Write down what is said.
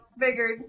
figured